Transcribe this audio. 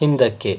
ಹಿಂದಕ್ಕೆ